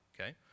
okay